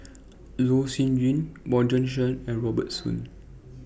Loh Sin Yun Bjorn Shen and Robert Soon